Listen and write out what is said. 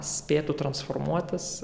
spėtų transformuotis